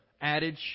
adage